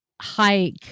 hike